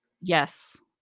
Yes